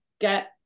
get